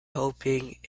hoping